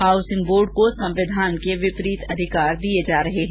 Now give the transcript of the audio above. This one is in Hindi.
हाउसिंग बोर्ड को संविधान के विपरीत अधिकार दिए जा रहे हैं